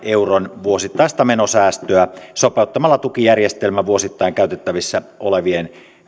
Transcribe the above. euron vuosittaista menosäästöä sopeuttamalla tukijärjestelmä vuosittain käytettävissä olevien